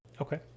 Okay